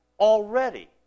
already